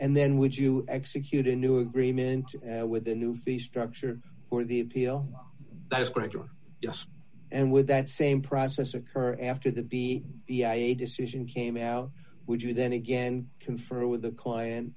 and then would you execute a new agreement with a new fee structure or the best director and with that same process occur after the be a decision came out would you then again confer with the client